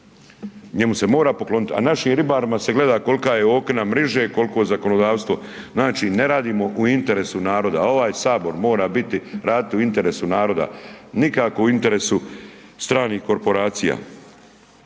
njemu se mora poklonit, a našim ribarima se gleda kolika je okna mriže, koliko zakonodavstvo. Znači ne radimo u interesu naroda. Ovaj sabor mora biti, raditi u interesu naroda, nikako u interesu stranih korporacija.